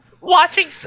watching